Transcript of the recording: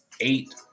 eight